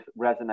resonate